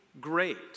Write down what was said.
great